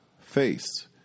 face